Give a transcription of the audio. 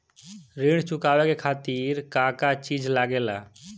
ऋण चुकावे के खातिर का का चिज लागेला?